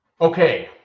Okay